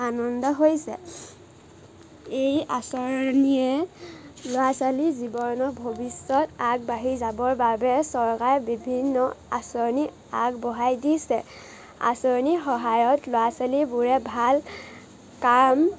আনন্দ হৈছে এই আঁচনিয়ে ল'ৰা ছোৱালী জীৱনৰ ভৱিষ্যত আগবাঢ়ি যাবৰ বাবে চৰকাৰে বিভিন্ন আঁচনি আগবঢ়াই দিছে আঁচনিৰ সহায়ত ল'ৰা ছোৱালীবোৰে ভাল কাম